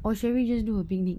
or shall we just do a picnic